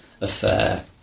affair